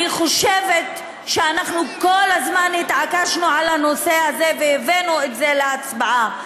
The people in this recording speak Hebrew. אני חושבת שאנחנו כל הזמן התעקשנו על הנושא הזה והבאנו את זה להצבעה.